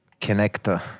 Connector